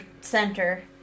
Center